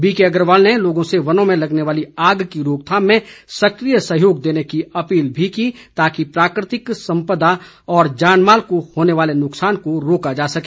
BK Agarwal ने लोगों से वनों में लगने वाली आग की रोकथाम में सक्रिय सहयोग देने की अपील भी की ताकि प्राकृतिक संपदा तथा जानमाल को होने वाले नुकसान को रोका जा सके